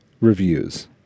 reviews